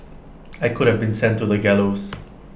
I could have been sent to the gallows